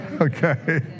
okay